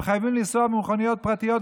הם חייבים לנסוע במכוניות פרטיות,